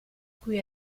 cui